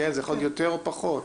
זה יכול להיות יותר או פחות.